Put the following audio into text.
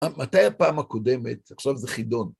מתי הפעם הקודמת? עכשיו זה חידון.